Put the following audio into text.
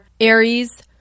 Aries